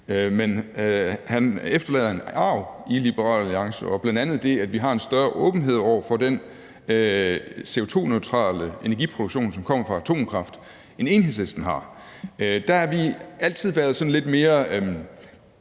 Men han efterlader en arv i Liberal Alliance og bl.a. det, at vi har en større åbenhed over for den CO2-neutrale energiproduktion, som kommer fra atomkraft, end Enhedslisten har. Der har vi altid været sådan lidt mere